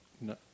No